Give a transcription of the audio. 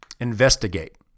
investigate